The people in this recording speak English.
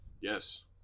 Yes